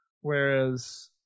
Whereas